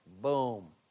boom